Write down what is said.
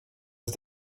ist